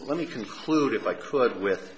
let me conclude if i could with